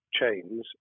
chains